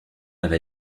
avait